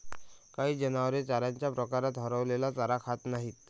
काही जनावरे चाऱ्याच्या प्रकारात हरवलेला चारा खात नाहीत